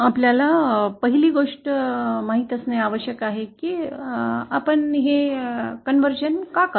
आपल्याला पहिली गोष्ट माहित असणे आवश्यक आहे की आपण हे रूपांतरण का करतो